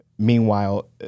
Meanwhile